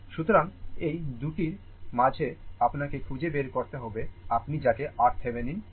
সুতরাং এই 2টির মাঝে আপনাকে খুঁজে বের করতে হবে আপনি যাকে RThevenin বলেন